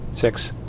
six